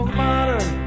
modern